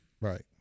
Right